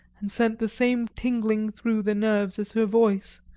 and sent the same tingling through the nerves as her voice,